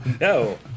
No